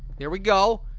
there we go.